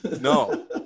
No